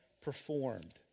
performed